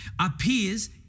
appears